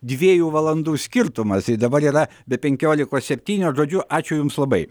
dviejų valandų skirtumas tai dabar yra be penkiolikos septynios žodžiu ačiū jums labai